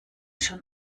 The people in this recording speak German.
schon